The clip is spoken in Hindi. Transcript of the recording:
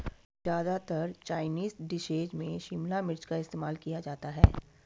ज्यादातर चाइनीज डिशेज में शिमला मिर्च का इस्तेमाल किया जाता है